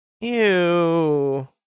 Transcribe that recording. Ew